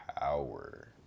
power